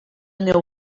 neu